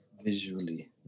Visually